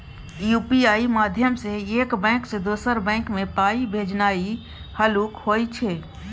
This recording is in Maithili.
यु.पी.आइ माध्यमसँ एक बैंक सँ दोसर बैंक मे पाइ भेजनाइ हल्लुक होइ छै